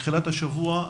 בתחילת השבוע,